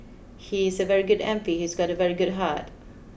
he's a very good M P he's got a very good heart